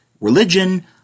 religion